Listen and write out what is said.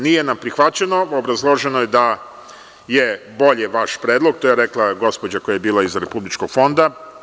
Nije nam ovo prihvaćeno, uz obrazloženje da je bolji vaš predlog, to je rekla gospođa koja je bila iz Republičkog fonda.